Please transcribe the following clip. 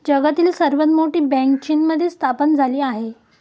जगातील सर्वात मोठी बँक चीनमध्ये स्थापन झाली आहे